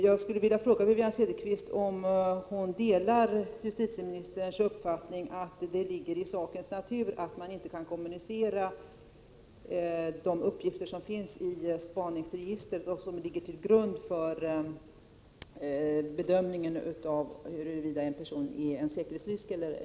Jag skulle vilja fråga Wivi-Anne Cederqvist om hon delar justitieministerns uppfattning att det ligger i sakens natur att man inte kan kommunicera de uppgifter som finns i spaningsregistret och som ligger till grund för bedömningen av huruvida en person är en säkerhetsrisk eller ej.